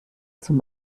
zum